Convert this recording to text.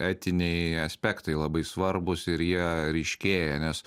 etiniai aspektai labai svarbūs ir jie ryškėja nes